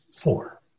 four